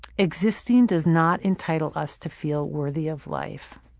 existing does not entitle us to feel worthy of life.